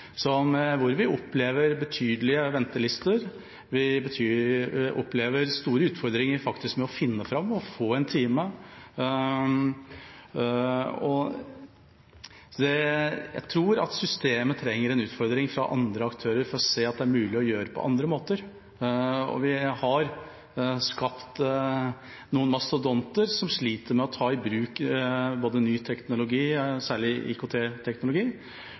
sykehus, hvor vi opplever betydelige ventelister og store utfordringer med faktisk å finne fram og få en time. Jeg tror at systemet trenger en utfordring fra andre aktører for å vise at det er mulig å gjøre det på andre måter. Vi har skapt noen mastodonter som sliter med å ta i bruk ny teknologi, særlig